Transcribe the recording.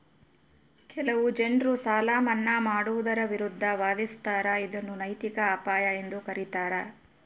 ಕೆಲವು ಜನರು ಸಾಲ ಮನ್ನಾ ಮಾಡುವುದರ ವಿರುದ್ಧ ವಾದಿಸ್ತರ ಇದನ್ನು ನೈತಿಕ ಅಪಾಯ ಎಂದು ಕರೀತಾರ